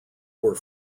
were